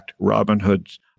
Robinhood's